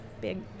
big